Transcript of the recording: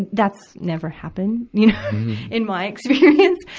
that's never happened you know in my experience.